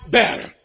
better